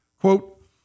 Quote